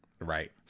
Right